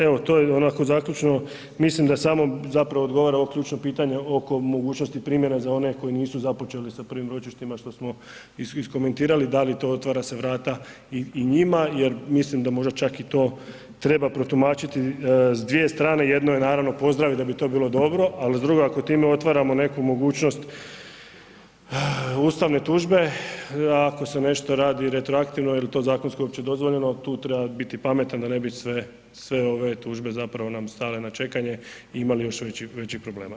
Evo to je onako zaključno, mislim da samo zapravo odgovara ovo ključno pitanje oko mogućnosti primjera za one koji nisu započeli sa prvim ročištima što smo iskomentirali, da li to otvara se vrata i njima jer mislim da možda čak i to treba protumačiti s dvije strane, jedno je naravno, pozdraviti da bi to bilo dobro, ali s druge ako time otvaramo neku mogućnost ustavne tužbe, ako se nešto radi retroaktivno, je li to zakonski uopće dozvoljeno, tu treba biti pametan da ne bi sve ove tužbe zapravo nam stale na čekanje i imale još većih problema.